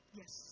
yes